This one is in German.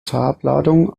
farbladung